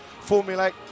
formulate